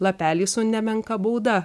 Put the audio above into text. lapelį su nemenka bauda